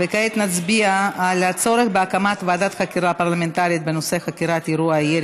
נצביע על הצורך בהקמת ועדת חקירה פרלמנטרית בנושא חקירת אירוע הירי